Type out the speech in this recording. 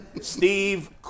Steve